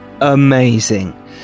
amazing